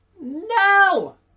No